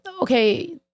okay